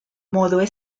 modo